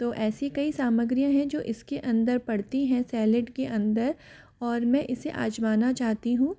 तो ऐसी कई सामग्रीयाँ हैं जो इसके अंदर पड़ती हैं सेलीड के अंदर और मैं इसे आज़माना चाहती हूँ